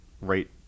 right